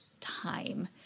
time